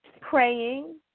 praying